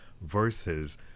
versus